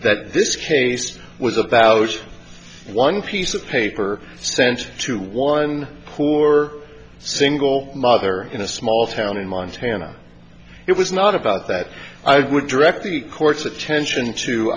that this case was about one piece of paper sent to one poor single mother in a small town in montana it was not about that i would direct the court's attention